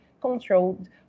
controlled